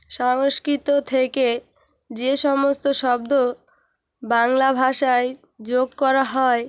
সংস্কৃত থেকে যে সমস্ত শব্দ বাংলা ভাষায় যোগ করা হয়